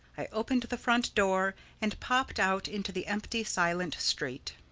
i opened the front door and popped out into the empty, silent street.